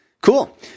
Cool